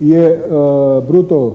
je bruto